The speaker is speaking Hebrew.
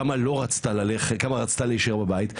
כמה רצתה להישאר בבית,